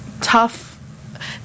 tough